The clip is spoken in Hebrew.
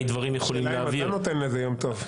השאלה אם אתה נותן לזה, יום טוב.